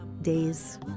days